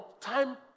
time